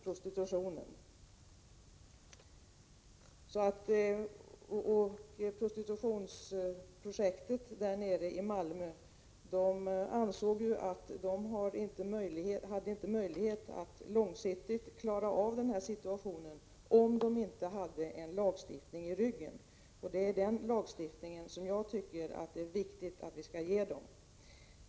De som genomförde prostitutionsprojektet nere i Malmö ansåg sig inte ha möjlighet att långsiktigt klara av den situationen, om de inte hade en lagstiftning i ryggen. Det är den lagstiftningen som jag tycker att det är viktigt att vi ger dem.